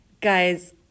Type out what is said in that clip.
guys